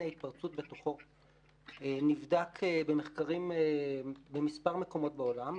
ההתפרצות בתוכו נבדק במחקרים במספר מקומות בעולם.